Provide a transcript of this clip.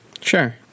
sure